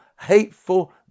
hateful